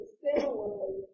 similarly